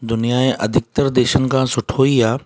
दुनियां जे अधिकतर देशनि खां सुठो ई आहे